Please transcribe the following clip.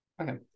Okay